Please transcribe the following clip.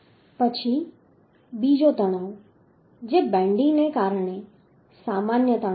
પછી બીજો તણાવ જે બેન્ડિંગને કારણે સામાન્ય તણાવ છે